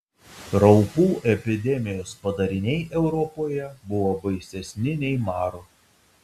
raupų epidemijos padariniai europoje buvo baisesni nei maro